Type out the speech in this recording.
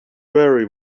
very